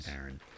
Aaron